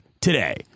today